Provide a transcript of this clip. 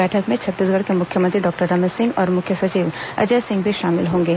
बैठक में छत्तीसगढ़ के मुख्यमंत्री डॉक्टर रमन सिंह और मुख्य सचिव अजय सिंह भी शामिल होंगे